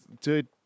dude